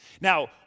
Now